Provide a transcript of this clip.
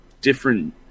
different